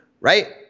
Right